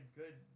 good